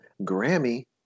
Grammy